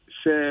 se